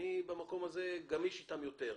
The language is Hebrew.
במקום הזה אני גמיש איתם יותר,